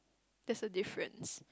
there's a difference